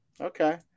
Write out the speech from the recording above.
Okay